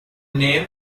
name